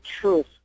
truth